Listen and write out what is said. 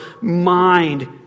mind